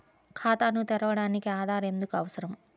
ఖాతాను తెరవడానికి ఆధార్ ఎందుకు అవసరం?